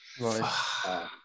right